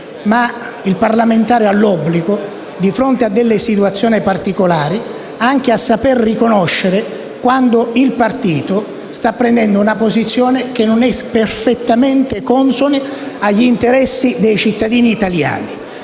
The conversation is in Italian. Il parlamentare, di fronte a delle situazioni particolari, ha l'obbligo di saper riconoscere quando il partito sta prendendo una posizione che non è perfettamente consona agli interessi dei cittadini italiani.